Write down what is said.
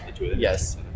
yes